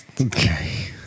Okay